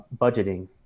budgeting